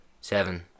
Seven